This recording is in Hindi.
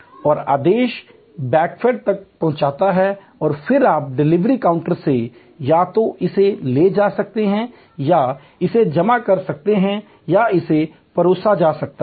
और आदेश बैकएंड तक पहुंचता है और फिर आप डिलीवरी काउंटर से या तो इसे ले जा सकते हैं या इसे जमा कर सकते हैं या इसे परोसा जा सकता है